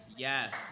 Yes